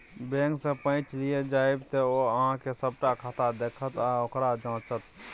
बैंकसँ पैच लिअ जाएब तँ ओ अहॅँक सभटा खाता देखत आ ओकरा जांचत